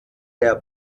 der